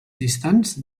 distants